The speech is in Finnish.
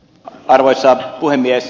arvoisa puhemies